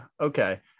Okay